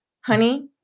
honey